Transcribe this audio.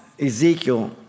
Ezekiel